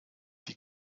die